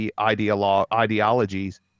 ideologies